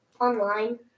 Online